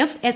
F S